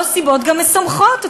או גם סיבות משמחות,